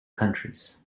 countries